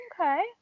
Okay